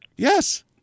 Yes